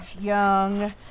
young